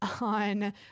on